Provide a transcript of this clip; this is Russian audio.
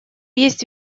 есть